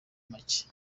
make